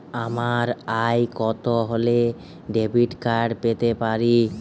আমার আয় কত হলে ডেবিট কার্ড পেতে পারি?